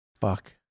Fuck